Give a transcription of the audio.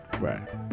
right